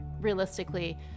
realistically